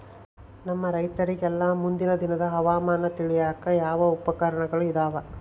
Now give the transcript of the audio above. ನಮ್ಮ ರೈತರಿಗೆಲ್ಲಾ ಮುಂದಿನ ದಿನದ ಹವಾಮಾನ ತಿಳಿಯಾಕ ಯಾವ ಉಪಕರಣಗಳು ಇದಾವ?